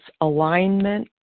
alignment